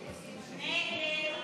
אני מכיר אותך שנים רבות,